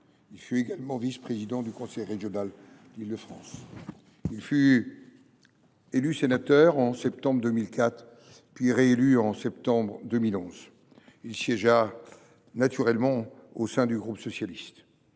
Il fut également vice président du conseil régional d’Île de France. Élu sénateur en septembre 2004, puis réélu en septembre 2011, il siégea naturellement au sein du groupe socialiste.